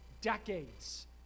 decades